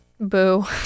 Boo